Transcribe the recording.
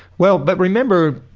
well. but remember,